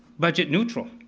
budget neutral.